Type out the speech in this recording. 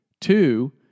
Two